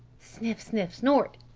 sniff sniff snort!